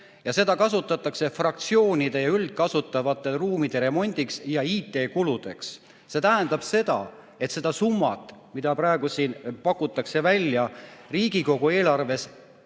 ja seda kasutatakse fraktsioonide ja üldkasutatavate ruumide remondiks ja IT kuludeks. See tähendab seda, et seda summat, mida praegu pakutakse välja, Riigikogu eelarvest